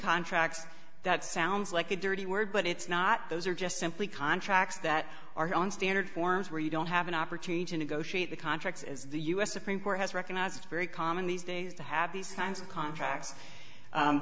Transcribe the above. contracts that sounds like a dirty word but it's not those are just simply contracts that are on standard forms where you don't have an opportunity to negotiate the contracts as the u s supreme court has recognized very common these days to have these kinds of contracts